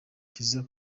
kiliziya